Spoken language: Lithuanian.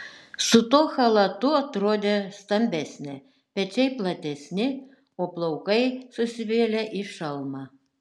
su tuo chalatu atrodė stambesnė pečiai platesni o plaukai susivėlę į šalmą